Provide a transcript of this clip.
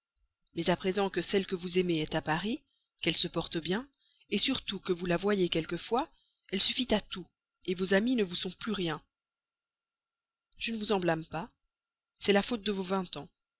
mais à présent qu'elle est à paris qu'elle se porte bien surtout que vous la voyez quelquefois elle suffit à tout vos amis ne vous sont plus rien je ne vous en blâme pas c'est la faute de vos vingt ans